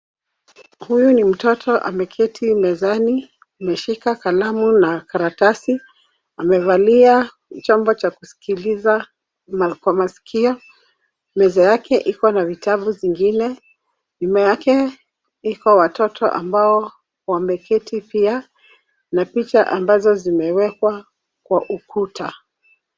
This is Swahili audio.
Huyu ni mtoto ameketi mezani. Ameshika kalamu na karatasi, amevalia chombo cha kusikiliza kwa masikio. Meza yake iko na vitabu zingine. Nyuma yake iko watoto ambao wameketi pia na picha ambazo zimewekwa kwa ukuta.